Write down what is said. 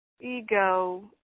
ego